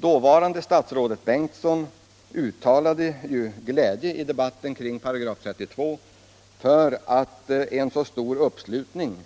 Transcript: Dåvarande statsrådet Bengtsson uttalade i debatten kring § 32 glädje över att en så stor uppslutning